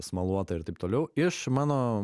smaluota ir taip toliau iš mano